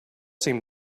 seem